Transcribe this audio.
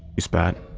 he spat.